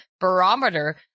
barometer